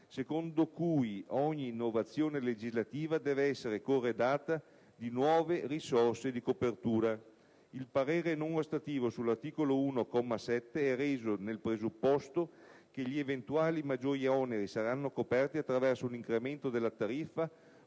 secondo cui ogni innovazione legislativa deve essere corredata di nuove risorse di copertura. Il parere non ostativo sull'articolo 1, comma 7, è reso nel presupposto che gli eventuali maggiori oneri saranno coperti attraverso un incremento della tariffa